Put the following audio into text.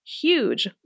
huge